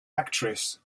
actress